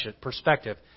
perspective